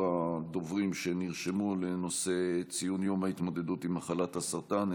הדוברים שנרשמו לנושא ציון יום ההתמודדות עם מחלת הסרטן,